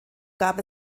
gab